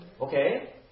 Okay